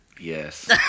yes